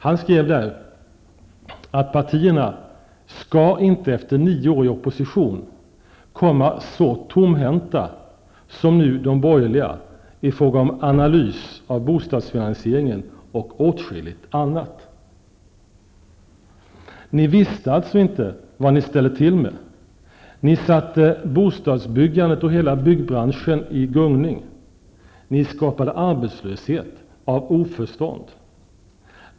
Han skrev att partierna ''skall inte efter tio år i opposition komma så tomhänta som nu de borgerliga i fråga om analys av bostadsfinansieringen och åtskilligt annat''. Ni visste inte vad ni ställde till med. Ni satte bostadsbyggandet och hela byggbranschen i gungning. Ni skapade arbetslöshet, av oförstånd.